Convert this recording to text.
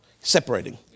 separating